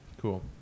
Cool